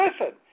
listen